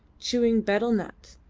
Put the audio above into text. chewing betel-nut,